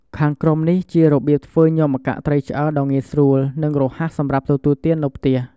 ខាងក្រោមនេះជារបៀបធ្វើញាំម្កាក់ត្រីឆ្អើរដ៏ងាយស្រួល និងរហ័សសម្រាប់ទទួលទាននៅផ្ទះ។